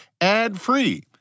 ad-free